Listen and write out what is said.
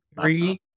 three